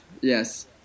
yes